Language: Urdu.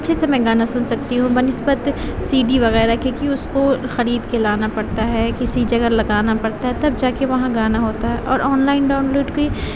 اچھے سے میں گانا سن سکتی ہوں بہ نسبت سی ڈی وغیرہ کے کہ اس کو خرید کے لانا پڑتا ہے کسی جگہ لگانا پڑتا ہے تب جا کے وہاں گانا ہوتا ہے اور آن لائن ڈاؤنلوڈ کے